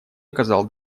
оказал